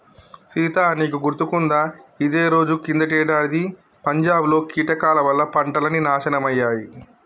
సీత నీకు గుర్తుకుందా ఇదే రోజు కిందటేడాది పంజాబ్ లో కీటకాల వల్ల పంటలన్నీ నాశనమయ్యాయి